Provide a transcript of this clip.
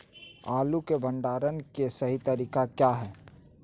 आलू के भंडारण के सही तरीका क्या है?